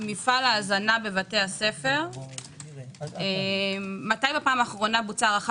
מפעל ההזנה בבתי הספר מתי בפעם האחרונה בוצעה הערכה